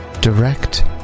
direct